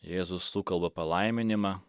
jėzus sukalba palaiminimą